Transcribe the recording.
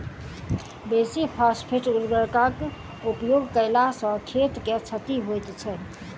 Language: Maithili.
बेसी फास्फेट उर्वरकक उपयोग कयला सॅ खेत के क्षति होइत छै